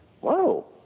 Whoa